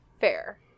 fair